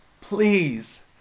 please